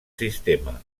sistema